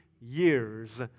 years